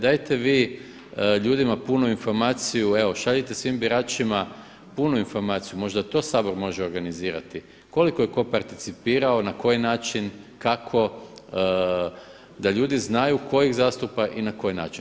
Dajte vi ljudima punu informaciju, evo šaljite svim biračima punu informaciju, možda to Sabor može organizirati koliko je tko participirao, na koji način, kako, da ljudi znaju tko iz zastupa i na koji način.